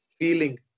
feeling